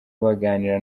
baganira